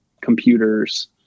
computers